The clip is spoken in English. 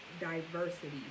diversity